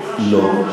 לא,